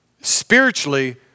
spiritually